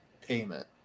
payment